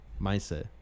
mindset